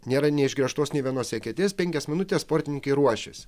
nėra nei išgręžtos nė vienos eketės penkias minutes sportininkai ruošiasi